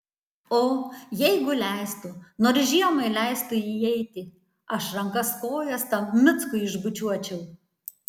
o jeigu leistų nors žiemai leistų įeiti aš rankas kojas tam mickui išbučiuočiau